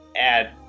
add